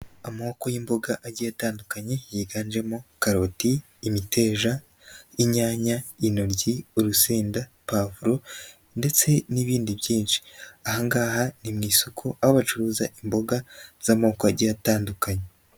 Amobokoko y'imboga agiye atandukanye, yiganjemo karoti, imiteja, inyanya, inoryi, urusenda, pavuro ndetse n'ibindi byinshi, ahangaha ni mu isoko, aho bacuruza imboga z'amoko agiye atandukanye.